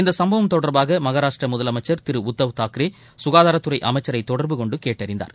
இந்த சம்பவம் தொடர்பாக மகாராஷ்டிரா முதலமைச்சள் திரு உத்தவ் தாக்ரே ககாதாரத்துறை அமைச்சரை தொடர்பு கொண்டு கேட்டறிந்தார்